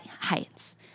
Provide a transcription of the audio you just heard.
heights